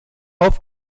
auf